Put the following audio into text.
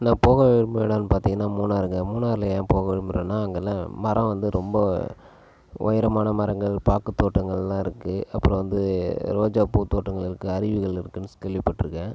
நான் போக விரும்புகிற இடம்னு பார்த்தீங்கன்னா மூணாறுங்க மூணாறில் ஏன் போக விரும்புகிறனா அங்கே எல்லா மரம் வந்து ரொம்ப உயரமான மரங்கள் பாக்கு தோட்டங்களெலான் இருக்குது அப்புறம் வந்து ரோஜா பூ தோட்டங்கள் இருக்குது அருவிகள் இருக்குதுனு கேள்வி பட்டு இருக்கேன்